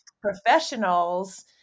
professionals